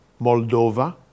Moldova